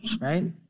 right